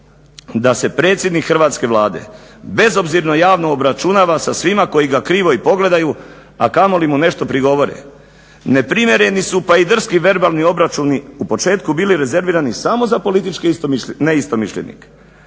da se predsjednik Hrvatske Vlade bezobzirno javno obračunava sa svima koji ga krivo i pogledaju a kamoli mu nešto i prigovore. Neprimjereni su pa i drski verbalni obračuni u početku bili rezervirani za političke neistomišljenike